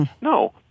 No